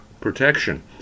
protection